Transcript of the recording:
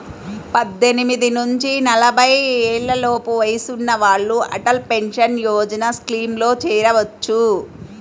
పద్దెనిమిది నుంచి నలభై ఏళ్లలోపు వయసున్న వాళ్ళు అటల్ పెన్షన్ యోజన స్కీమ్లో చేరొచ్చు